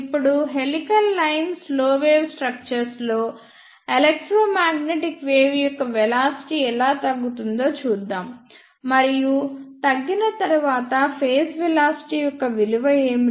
ఇప్పుడు helical line slow wave structures లో electromagnetic wave యొక్క వెలాసిటీ ఎలా తగ్గుతుందో చూద్దాం మరియు తగ్గిన తరువాత ఫేజ్ వెలాసిటీ యొక్క విలువ ఏమిటి